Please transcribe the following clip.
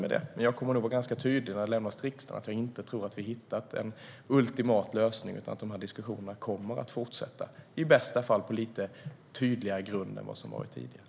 Men när jag lämnar detta till riksdagen kommer jag nog att vara tydlig med att jag inte tror att vi har hittat en ultimat lösning utan att diskussionerna kommer att fortsätta - i bästa fall på lite tydligare grund än tidigare.